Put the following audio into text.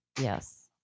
Yes